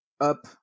up